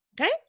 okay